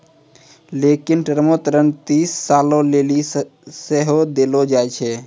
लेनिक टर्म ऋण तीस सालो लेली सेहो देलो जाय छै